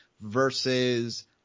versus